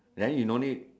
then you no need